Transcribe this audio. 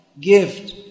gift